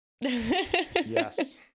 Yes